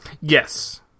Yes